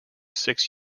six